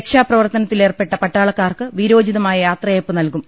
രക്ഷാപ്രവർത്തനത്തിലേർപ്പെട്ട പട്ടാ ളക്കാർക്ക് വീരോചിതമായ യാത്രയയപ്പ് നല്കും